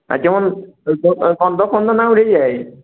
আর যেমন না উড়ে যায়